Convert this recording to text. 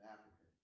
Africa